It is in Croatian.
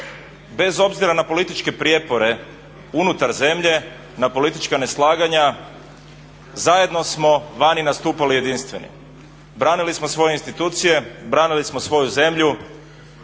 bez obzira na političke prijepore unutar zemlje, na politička neslaganja, zajedno smo vani nastupali jedinstveni, branili smo svoje institucije, branili smo svoju zemlju.